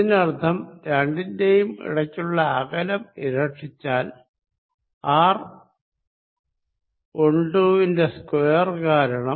ഇതിനർത്ഥം രണ്ടിന്റെയും ഇടയ്ക്കുള്ള അകലം ഇരട്ടിച്ചാൽ r12 വിന്റെ സ്ക്വയർ കാരണം